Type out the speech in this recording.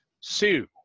Sue